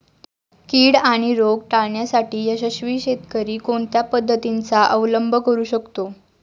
कीड आणि रोग टाळण्यासाठी यशस्वी शेतकरी कोणत्या पद्धतींचा अवलंब करू शकतो?